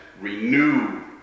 Renew